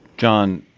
john